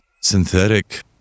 synthetic